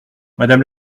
madame